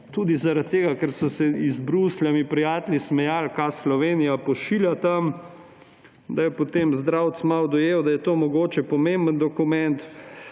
tudi zaradi tega, ker so se mi prijatelji iz Bruslja smejali, kaj Slovenija pošilja tja, da je potem Zdravc malo dojel, da je to mogoče pomemben dokument